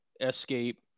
escape